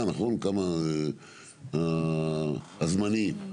כמה זמן עובד הנושא של הזמני?